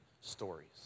stories